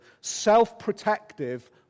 self-protective